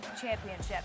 championship